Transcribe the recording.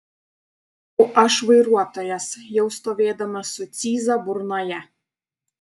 sakau aš vairuotojas jau stovėdamas su cyza burnoje